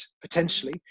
potentially